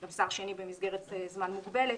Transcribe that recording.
וגם שר שני במסגרת זמן מוגבלת.